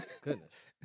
Goodness